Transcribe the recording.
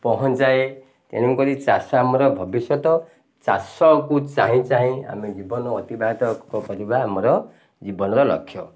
ପହଞ୍ଚାଏ ତେଣୁକରି ଚାଷ ଆମର ଭବିଷ୍ୟତ ଚାଷକୁ ଚାହିଁ ଚାହିଁ ଆମେ ଜୀବନ ଅତିବାହିତ କରିବା ଆମର ଜୀବନର ଲକ୍ଷ୍ୟ